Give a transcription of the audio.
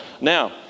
Now